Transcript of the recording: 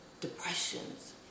depressions